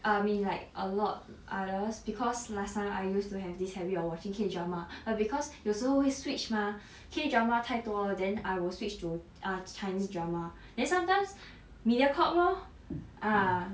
err I mean like a lot others because last time I used to have this habit of watching K drama but because 有时候会 switch mah K drama 太多 then I will switch to err chinese drama then sometimes Mediacorp lor ah